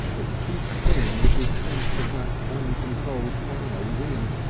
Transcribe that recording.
but the chief thing was his sense of that uncontrolled fire within.